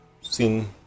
seen